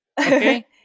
Okay